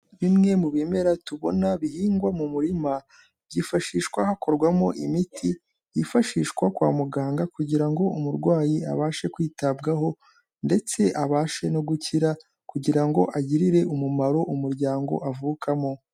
Bimwe mu bimera tubona bihingwa mu murima byifashishwa hakorwamo imiti yifashishwa kwa muganga kugira ngo umurwayi abashe kwitabwaho ndetse abashe no gukira kugira ngo agirire umumaro umuryango avukamo.